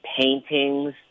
paintings